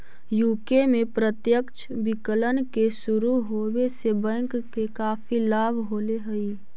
UK में प्रत्यक्ष विकलन के शुरू होवे से बैंक के काफी लाभ होले हलइ